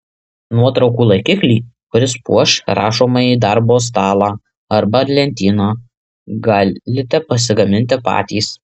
nuotraukų laikiklį kuris puoš rašomąjį darbo stalą arba lentyną galite pasigaminti patys